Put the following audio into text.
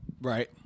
Right